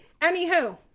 Anywho